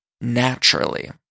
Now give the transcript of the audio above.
naturally